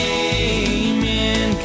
amen